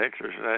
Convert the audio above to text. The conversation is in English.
exercise